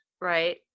right